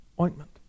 ointment